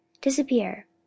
disappear